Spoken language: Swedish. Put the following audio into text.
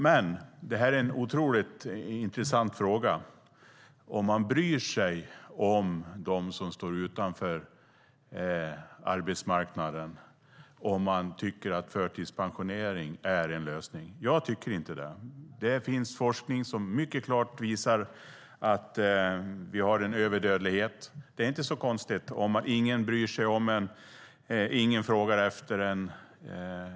Det här är dock en otroligt intressant fråga om man bryr sig om dem som står utanför arbetsmarknaden, alltså om man tycker att förtidspensionering är en lösning. Jag tycker inte det. Det finns forskning som mycket klart visar att vi har en överdödlighet. Det är inte så konstigt om ingen bryr sig om en och ingen frågar efter en.